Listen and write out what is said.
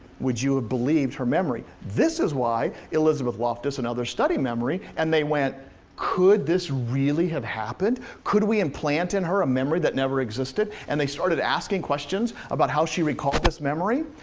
would you have believed her memory? this is why elizabeth loftus and others study memory, and they went could this really have happened? could we implant in her a memory that never existed? and they started asking questions about how she recalled this memory,